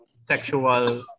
sexual